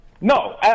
No